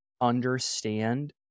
understand